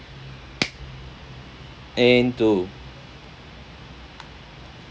aim two